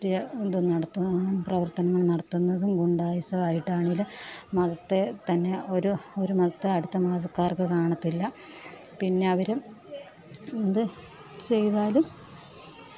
രാഷ്ട്രീയ ഇത് നടത്തുന്നതും പ്രവർത്തനങ്ങൾ നടത്തുന്നതും ഗുണ്ടായിസം ആയിട്ടാണെങ്കിലും മതത്തെ തന്നെ ഒരു മതത്തെ അടുത്ത മതക്കാർക്ക് കാണത്തില്ല പിന്നെ അവർ എന്ത് ചെയ്താലും